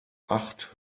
acht